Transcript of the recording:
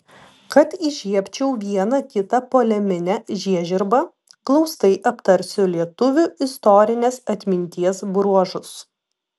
kad įžiebčiau vieną kitą poleminę žiežirbą glaustai aptarsiu lietuvių istorinės atminties bruožus